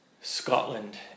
Scotland